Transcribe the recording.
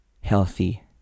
healthy